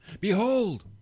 Behold